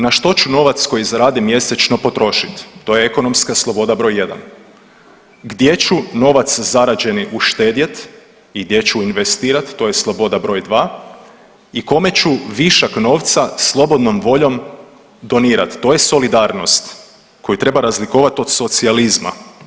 Na što ću novac koji zaradim mjesečno potrošiti, to je ekonomska sloboda br. 1. Gdje ću novac zarađeni uštedjeti i gdje ću investirati, to je sloboda br. 2. I kome ću višak novca slobodnom voljom donirati, to je solidarnost koju treba razlikovati od socijalizma.